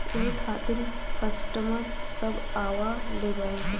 यही खातिन कस्टमर सब आवा ले बैंक मे?